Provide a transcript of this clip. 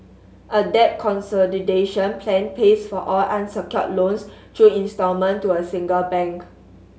a debt consolidation plan pays for all unsecured loans through instalment to a single bank